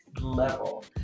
level